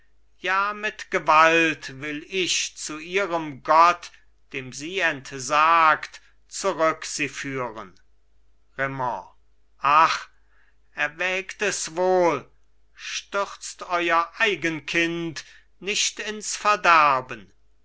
ja mit gewalt will ich zu ihrem gott dem sie entsagt zurück sie führen raimond ach erwägt es wohl stürzt euer eigen kind nicht ins verderben